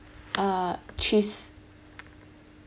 uh cheese